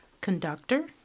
conductor